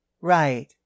Right